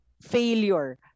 failure